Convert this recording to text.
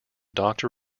doctor